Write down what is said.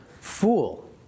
fool